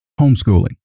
Homeschooling